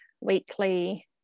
weekly